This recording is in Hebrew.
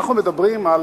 אנחנו מדברים על